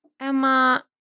Emma